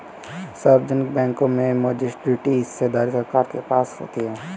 सार्वजनिक बैंकों में मेजॉरिटी हिस्सेदारी सरकार के पास होती है